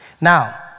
Now